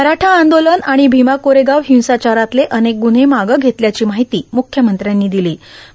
मराठा आंदोलन आर्माण भभमा कोरेगाव हिंसाचारातले अनेक गुन्हे मागं घेतल्याची मार्ाहती म्रख्यमंत्र्यांनी र्दिलों